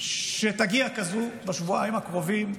שתגיע כזאת בשבועיים הקרובים,